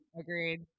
agreed